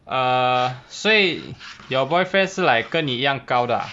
err 所以 your boyfriend 是 like 跟你一样高的 ah